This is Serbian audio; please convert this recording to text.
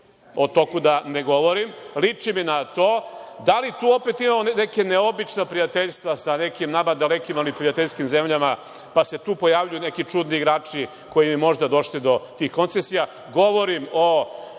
o toku da ne govorim. Liči mi na to. Da li tu imamo opet neka neobična prijateljstva sa nekim nama dalekim, ali prijateljskim zemljama, pa se tu pojavljuju neki čudni igrači koji bi možda došli do tih koncesija.